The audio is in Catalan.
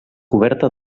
coberta